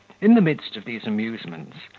in the midst of these amusements,